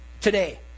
today